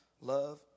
Love